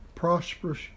prosperous